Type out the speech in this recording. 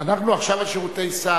אנחנו עכשיו על שירותי סעד.